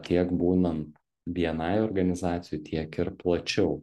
tiek būnan bni organizacijoj tiek ir plačiau